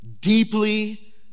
deeply